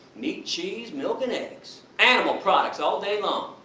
meat, cheese, milk and eggs. animal products all day long.